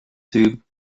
tube